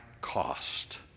cost